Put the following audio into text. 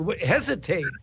hesitate